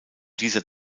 dieser